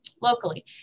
Locally